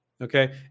Okay